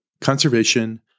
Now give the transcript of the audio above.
conservation